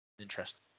Interesting